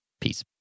peace